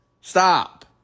Stop